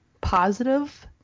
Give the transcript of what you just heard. positive